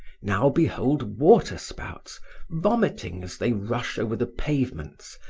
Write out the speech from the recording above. now behold water-spouts vomiting as they rush over the pavements,